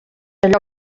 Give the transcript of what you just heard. allò